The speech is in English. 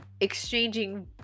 exchanging